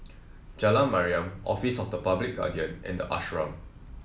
Jalan Mariam Office of the Public Guardian and the Ashram